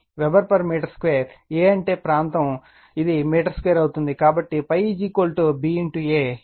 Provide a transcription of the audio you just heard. weber metre A అంటే ప్రాంతం ఇది మీటర్2 అవుతుంది కాబట్టి ∅ B A ఇది వెబెర్ అవుతుంది